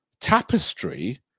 tapestry